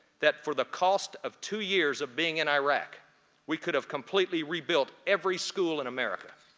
that for the cost of two years of being in iraq we could have completely rebuilt every school in america.